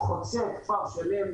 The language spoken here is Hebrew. חוצה את כפר שלם,